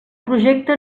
projecte